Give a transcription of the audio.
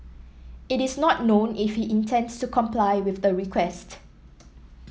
it is not known if he intends to comply with the request